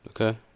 Okay